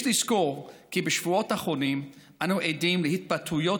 יש לזכור כי בשבועות האחרונים אנו עדים להתבטאויות